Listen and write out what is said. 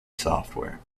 software